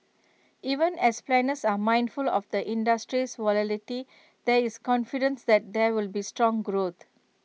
even as planners are mindful of the industry's volatility there is confidence that there will be strong growth